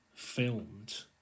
filmed